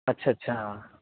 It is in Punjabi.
ਅੱਛਾ ਅੱਛਾ